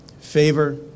favor